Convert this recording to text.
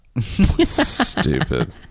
Stupid